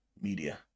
media